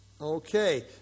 Okay